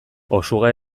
osuga